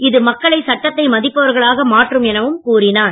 இது மக்களை சட்டத்தை மதிப்பவர்களாக மாற்றும் என கூறினார்